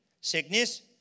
sickness